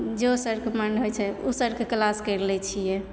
जो सरके मन होइत छै ओ सरके कलास करि लै छियै